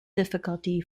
difficulty